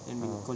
(uh huh)